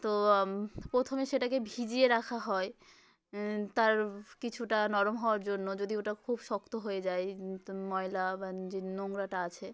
তো প্রথমে সেটাকে ভিজিয়ে রাখা হয় তার কিছুটা নরম হওয়ার জন্য যদি ওইটা খুব শক্ত হয়ে যায় তো ময়লা বা যে নোংরাটা আছে